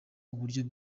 uburyo